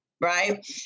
Right